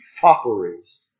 Fopperies